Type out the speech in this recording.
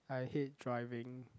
I hate driving